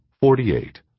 forty-eight